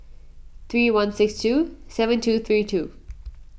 three one six two seven two three two